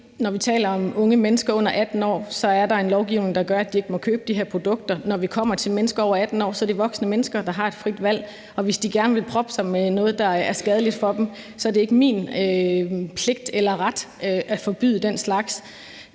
når vi taler om unge mennesker under 18 år, er der en lovgivning, der gør, at de ikke må købe de her produkter. Når vi kommer til mennesker over 18 år, er det voksne mennesker, der har et frit valg, og hvis de gerne vil proppe sig med noget, der er skadeligt for dem, så er det ikke min pligt eller ret at forbyde den slags.